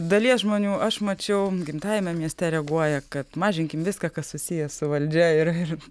dalies žmonių aš mačiau gimtajame mieste reaguoja kad mažinkim viską kas susiję su valdžia ir ir